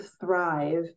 thrive